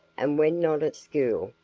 and, when not at school,